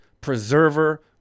Preserver